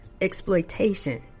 exploitation